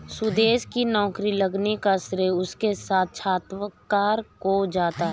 सुदेश की नौकरी लगने का श्रेय उसके साक्षात्कार को जाता है